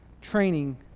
training